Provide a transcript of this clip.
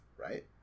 right